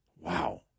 Wow